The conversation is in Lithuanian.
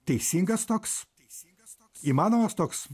teisingas toks teisingas įmanomas toks